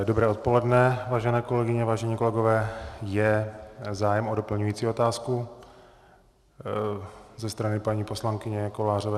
Dobré odpoledne, vážené kolegyně, vážení kolegové, je zájem o doplňující otázku ze strany paní poslankyně Kovářové?